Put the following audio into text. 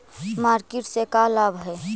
Market से का लाभ है?